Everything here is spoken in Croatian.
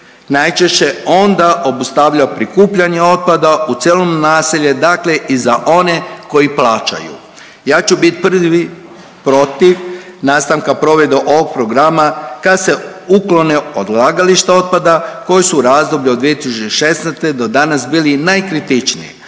najčešće onda obustavlja prikupljanje otpada u cijelom naselju, dakle i za one koji plaćaju. Ja ću bit prvi protiv nastavka provedbe ovog programa kad se uklone odlagališta otpada koji su u razdoblju od 2016. do danas bili najkritičniji,